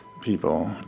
people